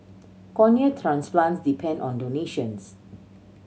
cornea transplants depend on donations